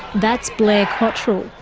that's blair cottrell,